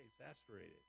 exasperated